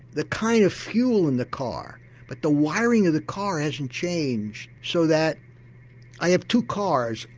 the kind of fuel in the car but the wiring of the car hasn't changed. so that i have two cars,